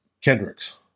Kendricks